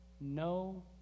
no